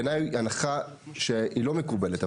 בעיניי היא הנחה שהיא לא מקובלת.